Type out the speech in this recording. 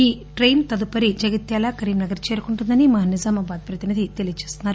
ఈ టైన్ తదుపరి జగిత్యాల్ కరీంనగర్ చేరుకుంటుందని మా నిజామాబాద్ ప్రతినిధి తెలియజేస్తున్నారు